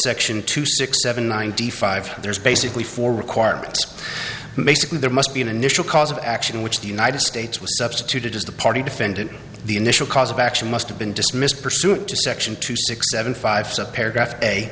section two six seven ninety five there's basically four requirements basically there must be an initial cause of action in which the united states was substituted as the party defendant the initial cause of action must have been dismissed pursuant to section two six seven five so paragraph